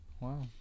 Wow